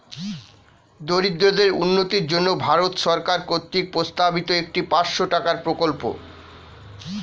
দরিদ্রদের উন্নতির জন্য ভারত সরকার কর্তৃক প্রস্তাবিত একটি পাঁচশো টাকার প্রকল্প